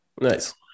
Nice